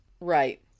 Right